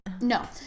No